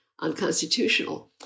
unconstitutional